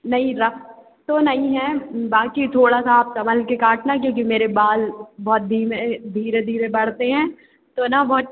नहीं रफ तो नहीं हैं बाकि थोड़ा सा आप संभालकर काटना क्योंकि मेरे बाल बहुत धीमे ए धीरे धीरे बढ़ते हैं तो ना बहुत